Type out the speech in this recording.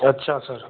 अच्छा सर